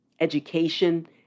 Education